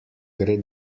gre